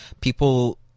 People